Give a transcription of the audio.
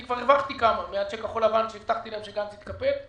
אני כבר הרווחתי כמה מאז שהבטחתי לכחול לבן שגנץ יתקפל.